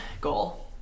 goal